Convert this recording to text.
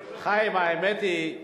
חיים, האמת היא,